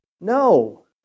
No